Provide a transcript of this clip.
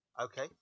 Okay